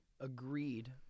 Agreed